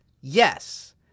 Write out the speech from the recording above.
yes